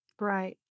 Right